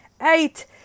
eight